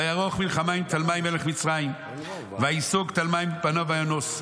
ויערוך מלחמה עם תלמי מלך מצרים וייסוג תלמי מפניו וינוס,